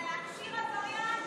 אבל להכשיר עבריין,